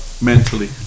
mentally